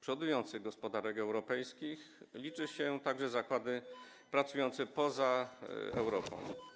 przodujących gospodarek europejskich liczą się także zakłady pracujące poza Europą?